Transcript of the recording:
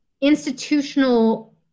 institutional